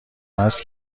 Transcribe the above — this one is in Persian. است